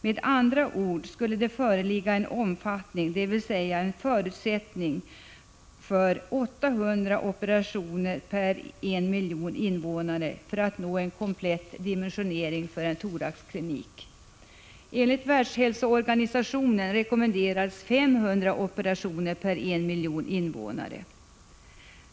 Med andra ord skulle det föreligga en omfattning av, dvs. förutsättning för, 800 operationer per 1 miljon invånare för att nå en komplett dimensionering för en thoraxklinik. WHO:s rekommendationer anger 500 operationer per 1 miljon invånare.